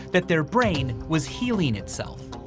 that their brain was healing itself.